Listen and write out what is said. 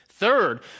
Third